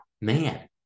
man